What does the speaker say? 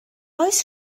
oes